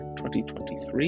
2023